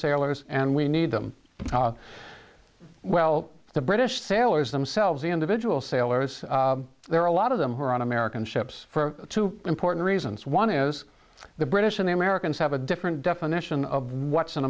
sailors and we need them well the british sailors themselves individual sailors there are a lot of them who are on american ships for two important reasons one is the british and the americans have a different definition of what